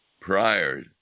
prior